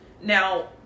Now